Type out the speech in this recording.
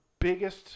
Biggest